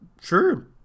sure